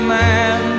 man